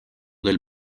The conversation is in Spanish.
del